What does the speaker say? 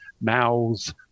mouths